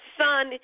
son